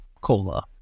cola